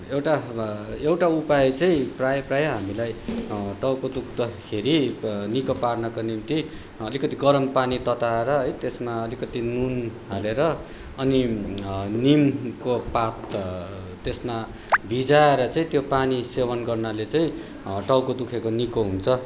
एउटा एउटा उपाय चाहिँ प्रायः प्रायः हामीलाई टाउको दुख्दाखेरि निको पार्नको निम्ति अलिकिति गरम पानी तताएर है त्यसमा अलिकति नुन हालेर अनि निमको पात त्यसमा भिजाएर चाहिँ त्यो पानी सेवन गर्नाले चाहिँ टाउको दुखेको निको हुन्छ